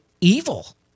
evil